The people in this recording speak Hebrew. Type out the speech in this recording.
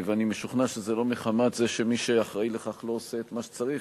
ואני משוכנע שזה לא מחמת זה שמי שאחראי לכך לא עושה את מה שצריך,